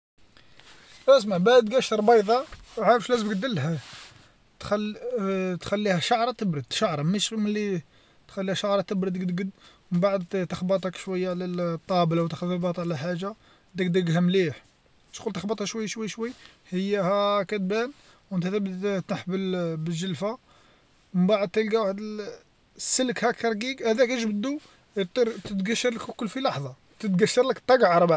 أسمع باه تقشر بيضة تعرف واش لازم درلها ت- تخليها شعرة تبرد شعرة مش ملي تخليها شعرة تبرد قد قد من بعد تخبطك هك شوية على طابلة وتخبطها باطة ولا حاجة دقدقها مليح شغول تخبطها شوي شوي هي هاكا تبان وتبدأ طيح بالجلفة من بعد تيلقى واحد السلك رقيق هذاك أجبدو أطير تتقشر أكل في لحضة تتقشرلك.